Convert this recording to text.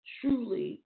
truly